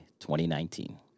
2019